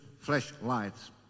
flashlights